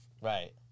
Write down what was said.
Right